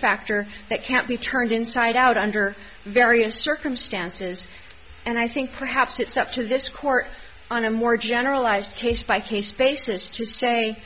factor that can't be turned inside out under various circumstances and i think perhaps it's up to this court on a more generalized case by case basis to say